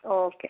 okay